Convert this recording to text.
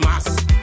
mass